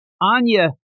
Anya